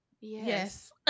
Yes